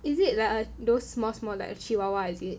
is it like a those small small like a chihuahua is it